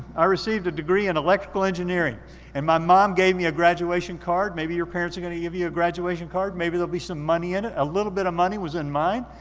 i received a degree in electrical engineering and my mom gave me a graduation card. maybe your parents are gonna give you a graduation card. maybe there'll be some money in it. a little bit of money was in mine.